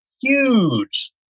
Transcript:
Huge